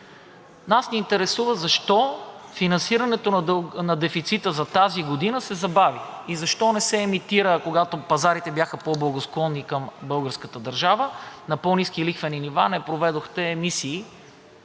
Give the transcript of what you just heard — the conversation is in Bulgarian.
Нас ни интересува защо финансирането на дефицита за тази година се забави? И защо не се емитира, когато пазарите бяха по благосклонни към българската държава – на по-ниски лихвени нива, не проведохте емисии,